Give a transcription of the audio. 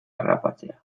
harrapatzea